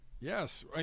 Yes